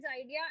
idea